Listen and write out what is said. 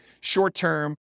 short-term